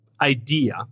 idea